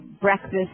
breakfast